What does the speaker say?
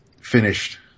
finished